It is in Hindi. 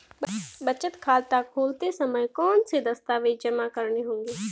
बचत खाता खोलते समय कौनसे दस्तावेज़ जमा करने होंगे?